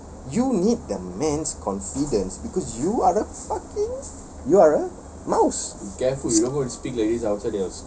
because you need the man's confidence because you are the fucking you are a mouse